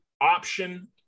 option